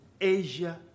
Asia